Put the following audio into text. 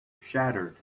shattered